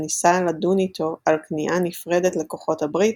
וניסה לדון איתו על כניעה נפרדת לכוחות הברית,